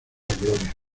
gloria